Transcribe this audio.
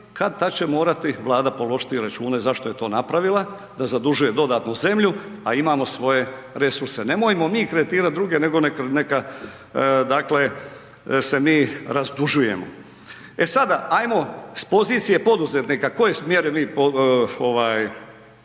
kad-tad će morati Vlada položiti račune zašto je to napravila da zadužuje dodano zemlju, a imamo svoje resurse. Nemojmo mi kreditirati druge nego neka se mi razdužujemo. E sada ajmo s pozicije poduzetnika koje smo mjere mi, ovaj